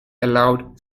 allowed